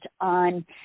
on